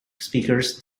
speakers